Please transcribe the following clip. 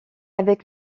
avec